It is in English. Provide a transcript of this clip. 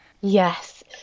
Yes